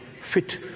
fit